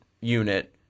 unit